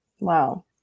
Wow